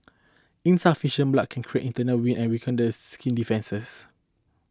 insufficient blood can create internal wind and weaken the skin's defences